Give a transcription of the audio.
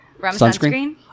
sunscreen